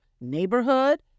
neighborhood